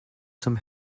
some